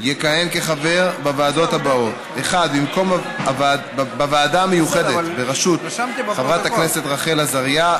יכהן כחבר בוועדות הבאות: בוועדה המיוחדת בראשות חברת הכנסת רחל עזריה,